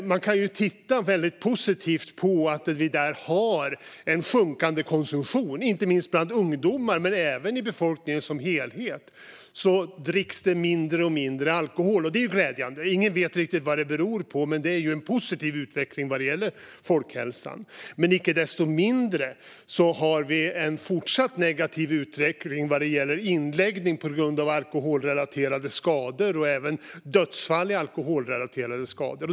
Man kan se det som väldigt positivt att vi har en sjunkande konsumtion. Inte minst bland ungdomar men även i befolkningen som helhet dricks det mindre och mindre alkohol, och det är ju glädjande. Ingen vet riktigt vad det beror på, men det är en positiv utveckling vad gäller folkhälsan. Icke desto mindre har vi en fortsatt negativ utveckling vad gäller inläggning på grund av alkoholrelaterade skador och även alkoholrelaterade dödsfall.